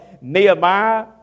Nehemiah